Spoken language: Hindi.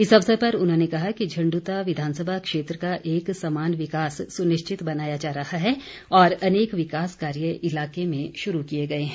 इस अवसर पर उन्होंने कहा कि झंडूता विधानसभा क्षेत्र का एक समान विकास सुनिश्चित बनाया जा रहा है और अनेक विकास कार्य इलाके में शुरू किए गए हैं